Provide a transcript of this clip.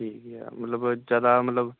ਠੀਕ ਹੀ ਆ ਮਤਲਬ ਜ਼ਿਆਦਾ ਮਤਲਬ